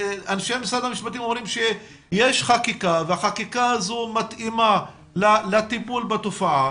משרד המשפטים אומרים שיש חקיקה והחקיקה הזו מתאימה לטיפול בתופעה,